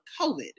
COVID